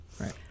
right